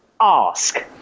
ask